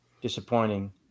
disappointing